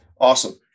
Awesome